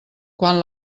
quan